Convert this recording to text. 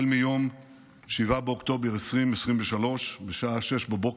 מיום 7 באוקטובר 2023 בשעה 06:00,